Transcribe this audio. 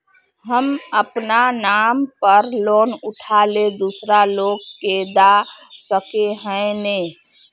हम अपना नाम पर लोन उठा के दूसरा लोग के दा सके है ने